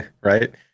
right